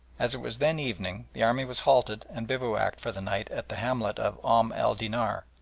as it was then evening the army was halted and bivouacked for the night at the hamlet of om el dinar,